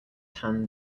tan